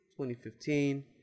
2015